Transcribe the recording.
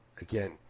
again